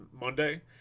Monday